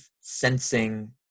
sensing